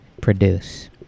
Produce